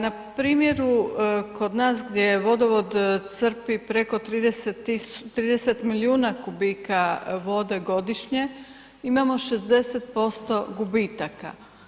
Na primjeru kod nas gdje vodovod crpi preko 30 milijuna kubika vode godišnje imamo 60% gubitaka.